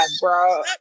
bro